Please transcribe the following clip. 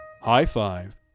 high-five